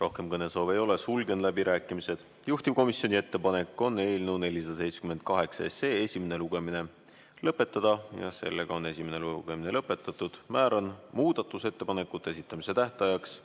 Rohkem kõnesoove ei ole, sulgen läbirääkimised. Juhtivkomisjoni ettepanek on eelnõu 478 esimene lugemine lõpetada. Esimene lugemine on lõpetatud. Määran muudatusettepanekute esitamise tähtajaks